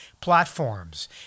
platforms